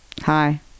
Hi